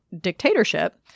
dictatorship